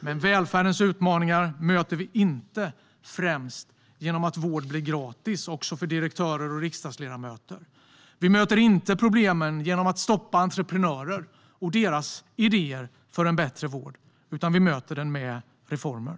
Men välfärdens utmaningar möter vi inte främst genom att vård blir gratis också för direktörer och riksdagsledamöter. Vi möter inte problemen genom att stoppa entreprenörer och deras idéer för en bättre vård, utan vi möter dem med reformer.